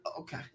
Okay